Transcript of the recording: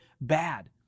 bad